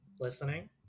Listening